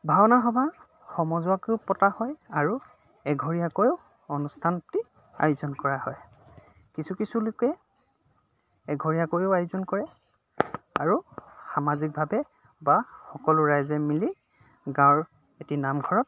ভাওনা সভা সমজুৱাকেও পতা হয় আৰু এঘৰীয়াকৈও অনুষ্ঠান পাতি আয়োজন কৰা হয় কিছু কিছু লোকে এঘৰীয়াকৈও আয়োজন কৰে আৰু সামাজিকভাৱে বা সকলো ৰাইজে মিলি গাঁৱৰ এটি নামঘৰত